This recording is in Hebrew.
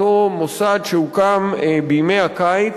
אותו מוסד שהוקם בימי הקיץ,